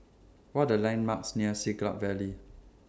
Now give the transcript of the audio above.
What Are The landmarks near Siglap Valley